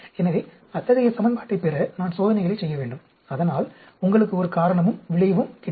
எனவே அத்தகைய சமன்பாட்டைப் பெற நான் சோதனைகளைச் செய்ய வேண்டும் அதனால் உங்களுக்கு ஒரு காரணமும் விளைவும் கிடைக்கும்